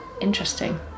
Interesting